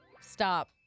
Stop